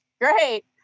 Great